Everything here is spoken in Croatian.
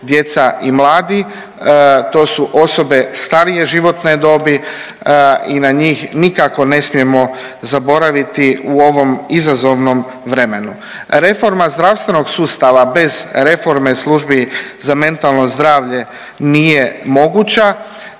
djeca i mladi, to su osobe starije životne dobi i na njih nikako ne smijemo zaboraviti u ovom izazovnom vremenu. Reforma zdravstvenog sustava bez reforme službi za mentalno zdravlje nije moguća